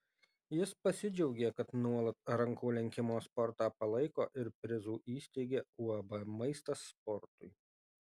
jis pasidžiaugė kad nuolat rankų lenkimo sportą palaiko ir prizų įsteigia uab maistas sportui